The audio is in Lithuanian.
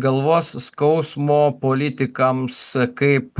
galvos skausmo politikams kaip